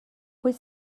wyt